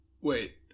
Wait